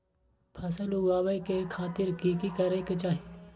फसल उगाबै के खातिर की की करै के चाही?